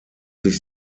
sich